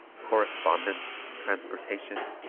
correspondence, transportation,